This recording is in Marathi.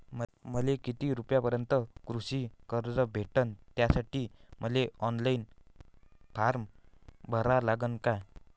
मले किती रूपयापर्यंतचं कृषी कर्ज भेटन, त्यासाठी मले ऑनलाईन फारम भरा लागन का?